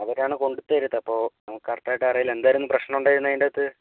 അവരാണ് കൊണ്ടുതരുന്നത് അപ്പോൾ നമുക്ക് കറക്റ്റായിട്ടറിയില്ല എന്തായിരുന്നു പ്രശ്നം ഉണ്ടായിരുന്നത് അതിൻ്റകത്ത്